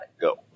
go